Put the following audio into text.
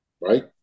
Right